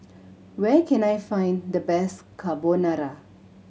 where can I find the best Carbonara